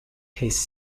his